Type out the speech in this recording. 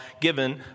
given